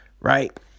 right